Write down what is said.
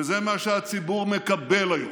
וזה מה שהציבור מקבל היום.